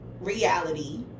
reality